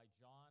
John